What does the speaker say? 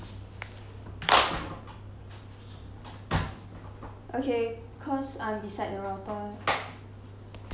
okay because I'm beside the router